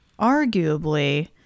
arguably